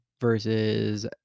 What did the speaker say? versus